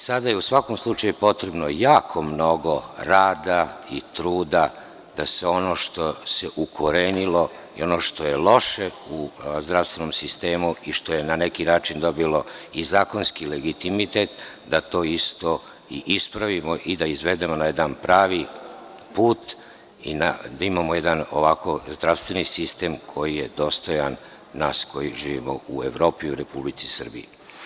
Sada je u svakom slučaju potrebno jako mnogo rada i truda da se ono što se ukorenilo i ono što je loše u zdravstvenom sistemu i što je na neki način dobilo i zakonski legitimitet, da to isto ispravimo i da izvedemo na jedan pravi put i da imamo jedan zdravstveni sistem koji je dostojan nas koji živimo u Evropi i u Republici Srbiji.